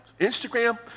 Instagram